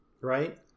right